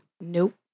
Nope